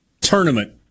tournament